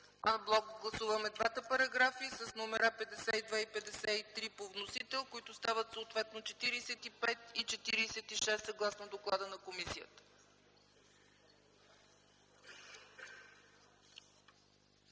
ЦАЧЕВА: Гласуваме двата параграфа ан блок с номера 52 и 53 по вносител, които стават съответно § 45 и § 46, съгласно доклада на комисията.